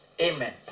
Amen